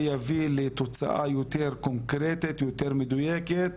יביא לתוצאה יותר קונקרטית, יותר מדויקת,